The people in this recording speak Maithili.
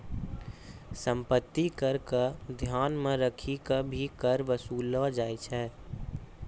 सम्पत्ति कर क ध्यान मे रखी क भी कर वसूललो जाय छै